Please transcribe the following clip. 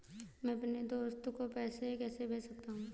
मैं अपने दोस्त को पैसे कैसे भेज सकता हूँ?